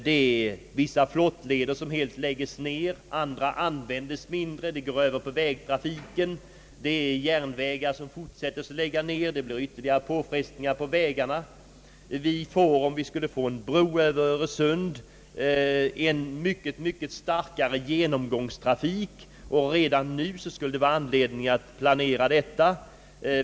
Det är vissa flottleder som helt läggs ned, och andra används mindre. Det återverkar på vägtrafiken. Man fortsätter ait lägga ned järnvägar, och det blir ytterligare påfrestningar på vägarna. Om vi skulle få en bro över Öresund skulle vi få en mycket starkare genomgångstrafik och redan nu skulle det vara anledning att planera härför.